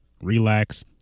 relax